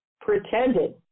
pretended